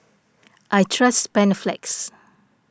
I trust Panaflex